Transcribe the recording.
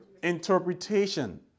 Interpretation